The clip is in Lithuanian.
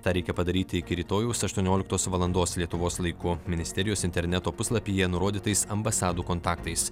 tą reikia padaryti iki rytojaus aštuonioliktos valandos lietuvos laiku ministerijos interneto puslapyje nurodytais ambasadų kontaktais